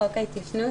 חוק ההתיישנות',